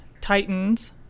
titans